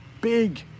big